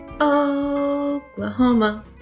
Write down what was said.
Oklahoma